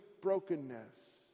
brokenness